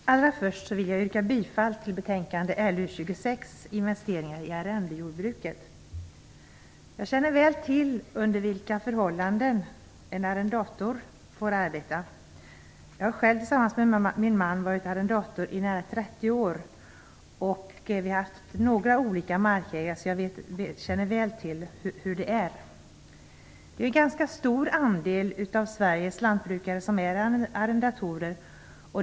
Fru talman! Allra först vill jag yrka bifall till hemställan i betänkande LU26 Investeringar i arrendejordbruket. Jag känner väl till under vilka förhållanden en arrendator får arbeta. Jag har själv, tillsammans med min man, varit arrendator i nära 30 år. Vi har haft olika markägare, så jag känner väl till hur det är. Det är en ganska stor andel av Sveriges lantbrukare som är arrendatorer.